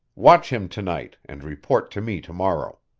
watch him to-night and report to me to-morrow.